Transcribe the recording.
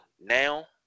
now